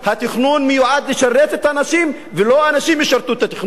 התכנון מיועד לשרת את האנשים ולא שהאנשים ישרתו את התכנון.